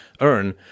earn